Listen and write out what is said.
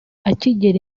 akigera